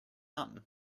done